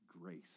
grace